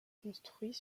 construit